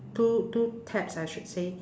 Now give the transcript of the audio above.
two two taps I should say